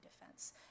defense